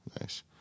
Nice